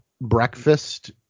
breakfast